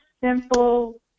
simple